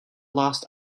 last